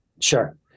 Sure